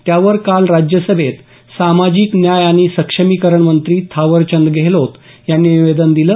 त्यावर काल राज्यसभेत सामाजिक न्याय आणि सक्षमीकरणमंत्री थावरचंद गेहलोत यांनी निवेदन दिलं